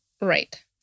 Right